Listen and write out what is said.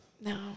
No